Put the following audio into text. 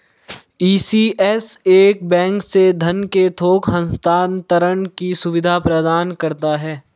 ECS एक bank से धन के थोक हस्तांतरण की सुविधा प्रदान करता है